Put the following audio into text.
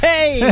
Hey